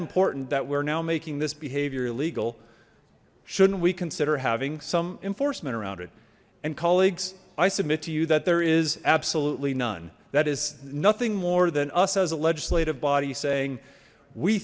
important that we're now making this behavior illegal shouldn't we consider having some enforcement around it and colleagues i submit to you that there is absolutely none that is nothing more than us as a legislative body saying we